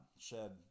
shed